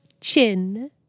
chin